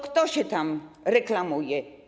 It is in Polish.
Kto się tam reklamuje?